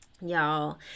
y'all